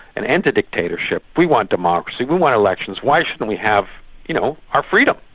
an end to dictatorship, we want democracy, we want elections, why shouldn't we have you know our freedom?